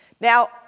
Now